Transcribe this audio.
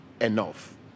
enough